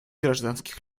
гражданских